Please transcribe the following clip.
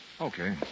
Okay